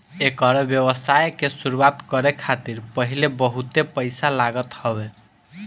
एकर व्यवसाय के शुरुआत करे खातिर पहिले बहुते पईसा लागत हवे